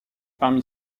parmi